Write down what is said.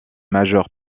majeure